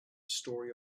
story